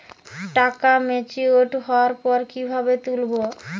টাকা ম্যাচিওর্ড হওয়ার পর কিভাবে তুলব?